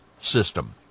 system